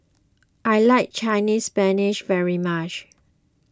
I like Chinese Spinach very much